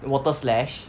the water slash